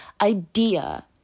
idea